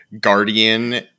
Guardian